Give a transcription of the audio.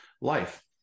life